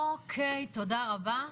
אוקי, תודה רבה.